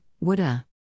woulda